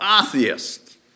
Atheist